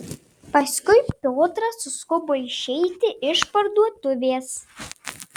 paskui piotras suskubo išeiti iš parduotuvės